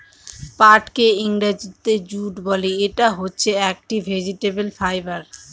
পাটকে ইংরেজিতে জুট বলে, ইটা হচ্ছে একটি ভেজিটেবল ফাইবার